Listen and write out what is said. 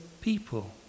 people